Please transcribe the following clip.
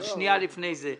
אבל שנייה לפני זה,